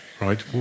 right